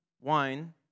wine